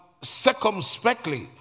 circumspectly